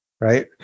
right